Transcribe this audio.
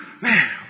man